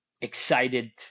excited